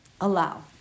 allow